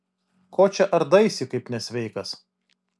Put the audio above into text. ko čia ardaisi kaip nesveikas